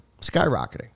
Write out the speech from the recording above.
skyrocketing